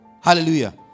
Hallelujah